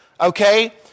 okay